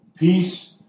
Peace